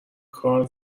کار